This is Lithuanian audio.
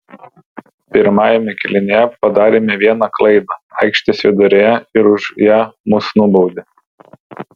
pirmajame kėlinyje padarėme vieną klaidą aikštės viduryje ir už ją mus nubaudė